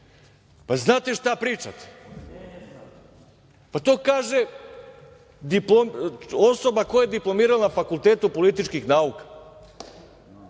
Pa, znate šta pričate? Pa to kaže osoba koja je diplomirala na Fakultetu političkih nauka,